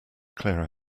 clear